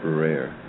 rare